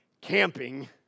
camping